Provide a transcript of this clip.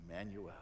Emmanuel